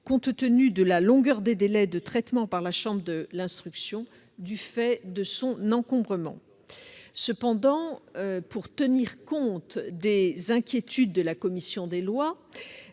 compte tenu de la longueur des délais de traitement par la chambre d'instruction, du fait de son encombrement. Cependant, pour tenir compte des inquiétudes de la commission des lois,